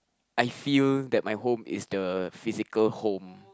I feel that my home is the physical home